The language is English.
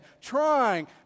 trying